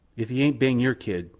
if he ain't ban your kid,